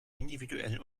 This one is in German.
individuell